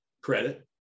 credit